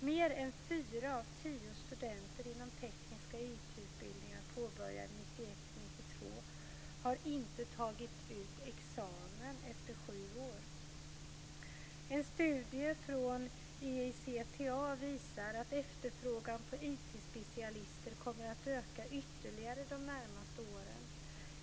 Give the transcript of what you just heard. Mer än fyra av tio studenter inom tekniska IT-utbildningar påbörjade 1991-1992 har inte tagit ut någon examen efter sju år. En studie från EICTA visar att efterfrågan på IT specialister kommer att öka ytterligare under de närmaste åren.